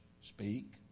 speak